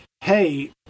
hey